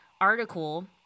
article